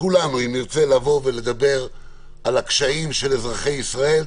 שאם נרצה לדבר על הקשיים של אזרחי ישראל,